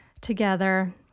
together